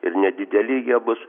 ir nedideli jie bus